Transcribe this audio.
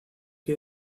que